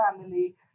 family